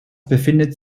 befindet